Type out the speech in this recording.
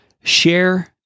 share